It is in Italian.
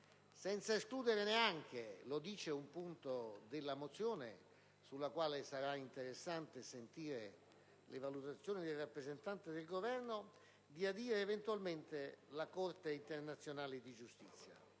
come previsto da un punto della mozione sul quale sarà interessante ascoltare le valutazioni del rappresentante del Governo, di adire eventualmente la Corte internazionale di giustizia,